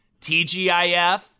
TGIF